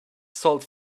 sold